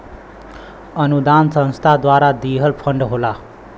अनुदान संस्था द्वारा दिहल फण्ड होला